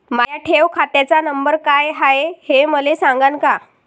माया ठेव खात्याचा नंबर काय हाय हे मले सांगान का?